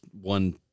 one